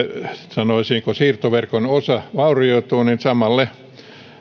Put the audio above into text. sanoisinko siirtoverkon osa vaurioituu niin samalle